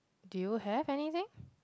do you have anything